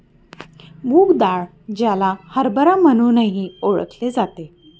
मूग डाळ, ज्याला हरभरा म्हणूनही ओळखले जाते